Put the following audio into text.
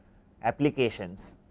applications.